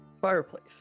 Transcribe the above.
fireplace